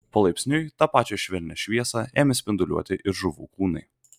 palaipsniui tą pačią švelnią šviesą ėmė spinduliuoti ir žuvų kūnai